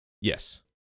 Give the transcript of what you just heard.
Yes